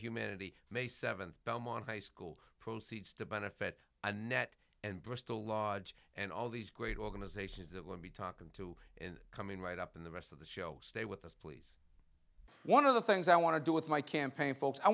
humanity may seventh belmont high school proceeds to benefit a net and bristol lodge and all these great organizations that we'll be talking to in coming right up in the rest of the show stay with us please one of the things i want to do with my campaign folks i